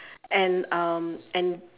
and um and